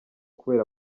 kubera